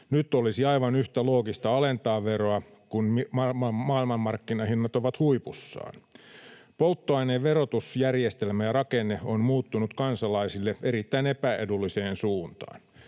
Nyt olisi aivan yhtä loogista alentaa veroa, kun maailmanmarkkinahinnat ovat huipussaan. Polttoaineen verotusjärjestelmä ja rakenne ovat muuttuneet kansalaisille erittäin epäedulliseen suuntaan.